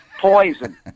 poison